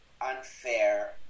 unfair